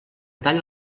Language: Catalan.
talla